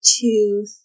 two